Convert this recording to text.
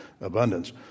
abundance